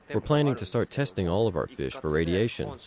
and we're planning to start testing all of our fish for radiation.